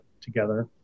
together